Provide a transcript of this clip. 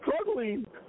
struggling